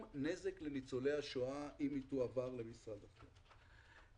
נזק לניצולי השואה אם היא תועבר למשרד אחר.